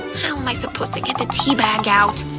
how am i supposed to get the teabag out?